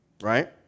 right